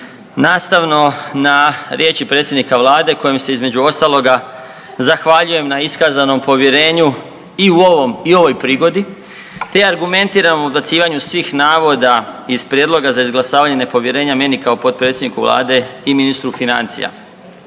nastavno na riječi predsjednika Vlade kojem se između ostaloga zahvaljujem na iskazanom povjerenju i u ovoj prigodi te argumentirano o odbacivanju svih navoda iz Prijedloga za izglasavanje nepovjerenja meni kao potpredsjedniku Vlade i ministru financije.